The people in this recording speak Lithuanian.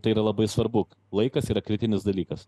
tai yra labai svarbu laikas yra kritinis dalykas